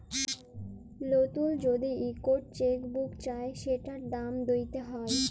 লতুল যদি ইকট চ্যাক বুক চায় সেটার দাম দ্যিতে হ্যয়